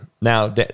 Now